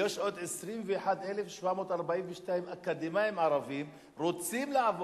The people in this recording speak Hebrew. יש עוד 21,742 אקדמאים ערבים, רוצים לעבוד.